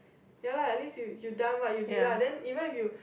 ya lah at least you you done what you did lah then even you